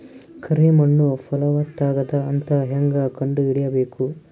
ಕರಿ ಮಣ್ಣು ಫಲವತ್ತಾಗದ ಅಂತ ಹೇಂಗ ಕಂಡುಹಿಡಿಬೇಕು?